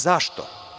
Zašto?